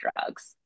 drugs